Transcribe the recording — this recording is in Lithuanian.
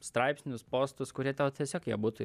straipsnius postus kurie tau tiesiog jie būtų